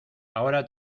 ahora